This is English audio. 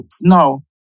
no